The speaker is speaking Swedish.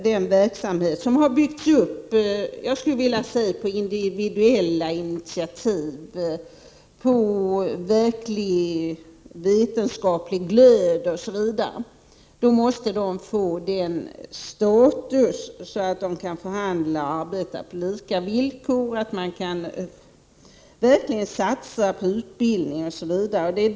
Den verksamhet som har byggts upp där med, skulle jag vilja säga, individuella initiativ och verklig vetenskaplig glöd, måste få en sådan status att man skall kunna förhandla på lika villkor och verkligen satsa på utbildning osv.